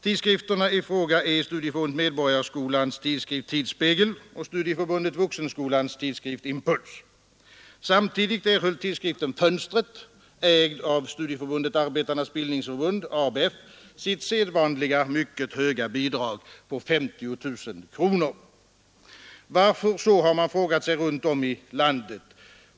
Tidskrifterna i fråga är Studieförbundet Medborgarskolans tidskrift Tidsspegel och Studieförbundet Vuxenskolans tidskrift Impuls. Samtidigt erhöll tidskriften Fönstret, ägd av Arbetarnas bildningsförbund, ABF, sitt sedvanliga mycket höga bidrag på 50 000 kronor. Varför? — den frågan har man ställt runtom i landet.